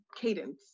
cadence